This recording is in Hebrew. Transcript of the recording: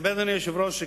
אדוני היושב-ראש,